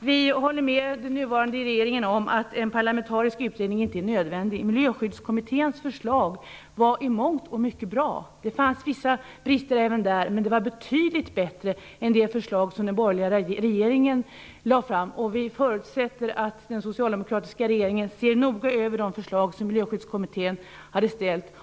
Vi håller med den nuvarande regeringen om att en parlamentarisk utredning inte är nödvändig. Miljöskyddskommitténs förslag var bra i mångt och mycket. Det fanns vissa brister även där, men det var betydligt bättre än det förslag som den borgerliga regeringen lade fram. Vi förutsätter att den socialdemokratiska regeringen noga ser över Miljöskyddskommitténs förslag.